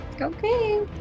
Okay